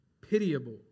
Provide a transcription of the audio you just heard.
pitiable